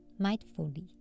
mindfully